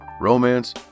romance